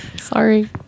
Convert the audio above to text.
sorry